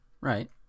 Right